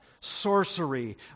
sorcery